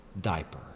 diaper